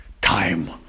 time